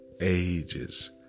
Ages